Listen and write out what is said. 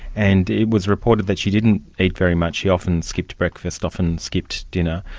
and it was reported that she didn't eat very much, she often skipped breakfast, often skipped dinner,